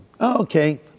Okay